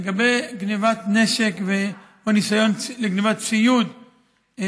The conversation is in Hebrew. לגבי גנבת נשק או ניסיון לגנבת ציוד,